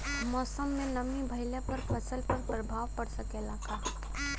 मौसम में नमी भइला पर फसल पर प्रभाव पड़ सकेला का?